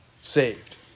saved